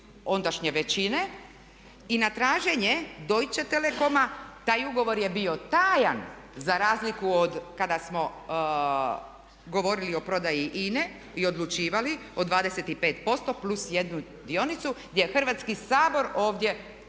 ondašnje većine i da traženje Deutsche Telekoma taj ugovor je bio tajan za razliku od kada smo govorili o prodaji INA-e i odlučivali o 25% plus 1 dionicu gdje je Hrvatski sabor ovdje